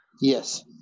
yes